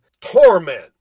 torment